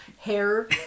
hair